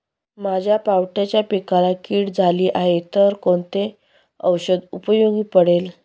माझ्या पावट्याच्या पिकाला कीड झाली आहे तर कोणते औषध उपयोगी पडेल?